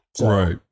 Right